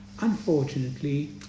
Unfortunately